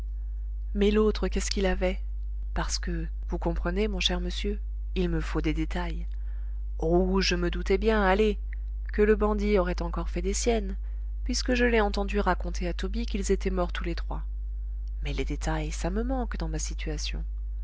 mais l'autre qu'est-ce qu'il avait parce que vous comprenez mon cher monsieur il me faut des détails oh je me doutais bien allez que le bandit aurait encore fait des siennes puisque je l'ai entendu raconter à tobie qu'ils étaient morts tous les trois mais les détails ça me manque dans ma situation